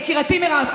יקירתי מירב,